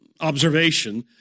observation